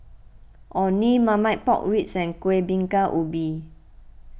Orh Nee Marmite Pork Ribs and Kueh Bingka Ubi